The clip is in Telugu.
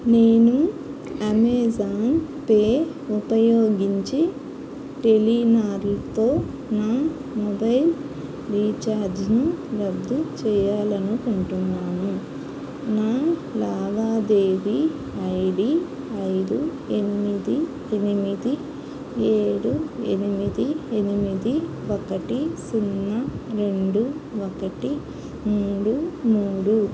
నేను అమెజాన్ పే ఉపయోగించి టెలినార్తో నా మొబైల్ రీఛార్జ్ను రద్దు చేయాలి అనుకుంటున్నాను నా లావాదేవీ ఐడీ ఐదు ఎనిమిది ఎనిమిది ఏడు ఎనిమిది ఎనిమిది ఒకటి సున్నా రెండు ఒకటి మూడు మూడు